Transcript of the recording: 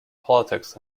politics